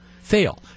fail